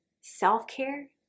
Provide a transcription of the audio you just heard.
self-care